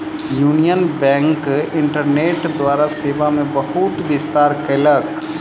union bank internet द्वारा सेवा मे बहुत विस्तार कयलक